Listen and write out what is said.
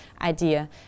idea